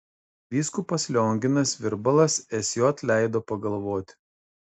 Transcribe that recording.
vyskupas lionginas virbalas sj leido pagalvoti